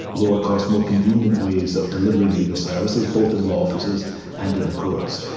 lower cost, more convenient ways of delivering legal services, both in law officers and in the courts.